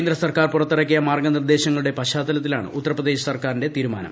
കേന്ദ്രസർക്കാർ പുറത്തിറക്കിയ മാർഗ്ഗനിർദ്ദേശങ്ങളുടെ പശ്ചാത്തലത്തിലാണ് ഉത്തർപ്രദേശ് സർക്കാരിന്റെ തീരുമാനം